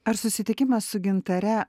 ar susitikimas su gintare